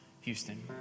Houston